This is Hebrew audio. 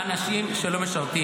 מעכשיו בכל חודש אני אזכיר לך את זה.